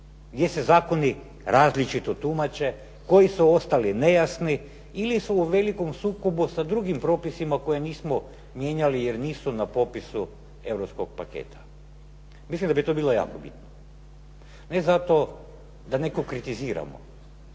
Gdje se zakoni različito tumače koji su ostali nejasni ili su u velikom sukobu sa drugim propisima koje nismo mijenjali jer nisu na popisu europskog paketa? Mislim da bi to bilo jako bitno. Ne zato da nekog kritiziramo,